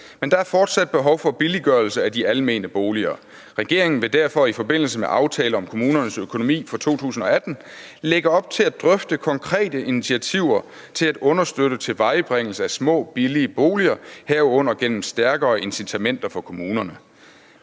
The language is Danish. Men der er fortsat behov for billiggørelse af de almene boliger. Regeringen vil derfor i forbindelse med Aftale om kommunernes økonomi for 2018 lægge op til at drøfte konkrete initiativer til at understøtte tilvejebringelse af små billige boliger, herunder gennem stærkere incitamenter for kommunerne«.